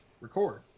record